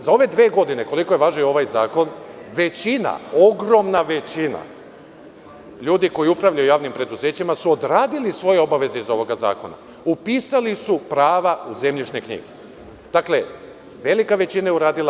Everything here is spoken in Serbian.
Za ove dve godine, koliko je važio ovaj zakon, ogromna većina ljudi koji upravljaju javnim preduzećima su odradili svoje obaveze iz ovog zakona, upisali su prava u zemljišne knjige, dakle, velika većina je uradila.